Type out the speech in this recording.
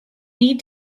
need